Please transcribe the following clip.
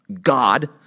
God